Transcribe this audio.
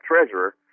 treasurer